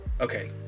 Okay